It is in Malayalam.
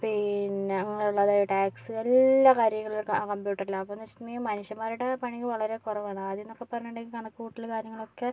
പിന്നെ അതായത് ടാക്സ് എല്ലാ കാര്യങ്ങളും കമ്പ്യൂട്ടറിലാണ് അപ്പോളെന്ന് വെച്ചിട്ടുണ്ടെങ്കിൽ മനുഷ്യന്മാരുടെ പണി വളരെ കുറവാണ് ആദ്യമെന്നൊക്കെ പറഞ്ഞിട്ടുണ്ടെങ്കിൽ കണക്കുകൂട്ടൽ കാര്യങ്ങളൊക്കെ